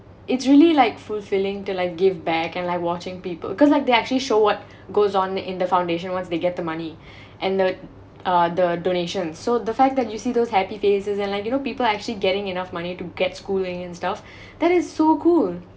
it's really like fulfilling the like give back and like watching people cause like they actually show what goes on in the foundation once they get the money and the uh the donations so the fact that you see those happy faces and like you know people actually getting enough money to get schooling and stuff that is so cool